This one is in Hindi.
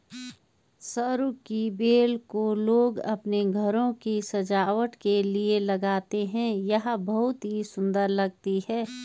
सरू की बेल को लोग अपने घरों की सजावट के लिए लगाते हैं यह बहुत ही सुंदर लगती है